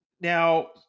now